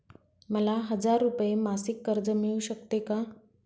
मला हजार रुपये मासिक कर्ज मिळू शकते का?